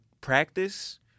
practice